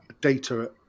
data